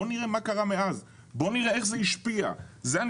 בואו נראה מה קרה מאז, בואו נראה איך זה השפיע.